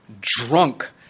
drunk